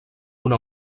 una